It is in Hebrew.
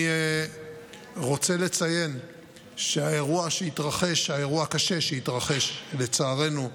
אני רוצה לציין שהאירוע הקשה שהתרחש, לצערנו,